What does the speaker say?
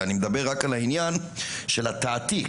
אלא אני מדבר רק על העניין של התעתיק,